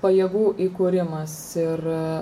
pajėgų įkūrimas ir